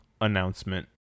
announcement